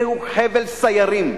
זהו חבל סיירים,